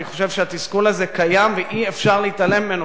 אני חושב שהתסכול הזה קיים ואי-אפשר להתעלם ממנו,